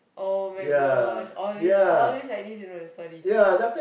[oh]-my-gosh always always like this you know the story